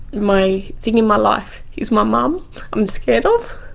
my thing in my life is my mum i'm scared of,